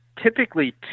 typically